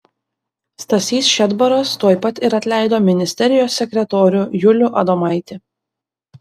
stasys šedbaras tuoj pat ir atleido ministerijos sekretorių julių adomaitį